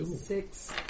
Six